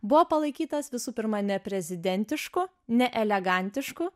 buvo palaikytas visų pirma neprezidentišku ne elegantišku